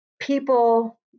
people